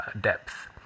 depth